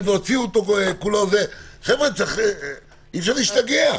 חבר'ה, אי אפשר להשתגע.